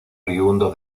oriundo